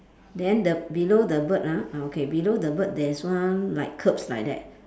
then the below the bird ah ah okay below the bird there's one like curbs like that